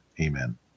Amen